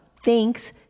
thanks